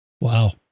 Wow